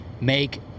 make